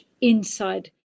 inside